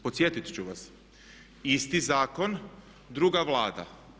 Podsjetit ću vas isti zakon druga Vlada.